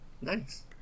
Nice